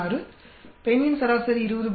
6 பெண்ணின் சராசரி 20